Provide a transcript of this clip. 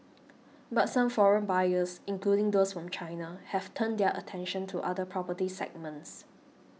but some foreign buyers including those from China have turned their attention to other property segments